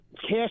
cash